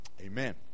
Amen